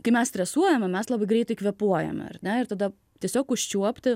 kai mes stresuojame mes labai greitai kvėpuojame ar ne ir tada tiesiog užčiuopti